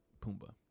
Pumbaa